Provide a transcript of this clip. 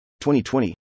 2020